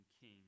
king